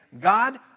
God